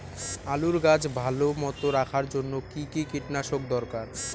আলুর গাছ ভালো মতো রাখার জন্য কী কী কীটনাশক দরকার?